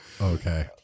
Okay